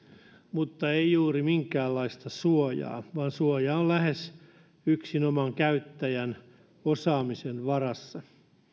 mutta ei juuri minkäänlaista suojaa vaan suoja on lähes yksinomaan käyttäjän osaamisen varassa